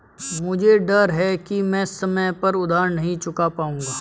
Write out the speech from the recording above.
मुझे डर है कि मैं समय पर उधार नहीं चुका पाऊंगा